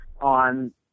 on